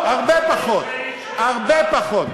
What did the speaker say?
חבר הכנסת הנכבד,